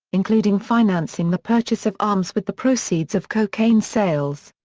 including financing the purchase of arms with the proceeds of cocaine sales.